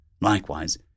Likewise